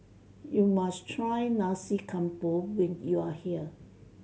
you must try Nasi Campur when you are here